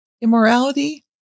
Immorality